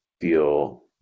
feel